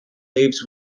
leaves